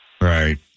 Right